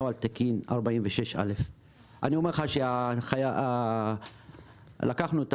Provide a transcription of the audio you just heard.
נוהל תקין 46א'. אני אומר לך שלקחנו את